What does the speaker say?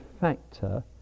factor